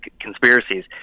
conspiracies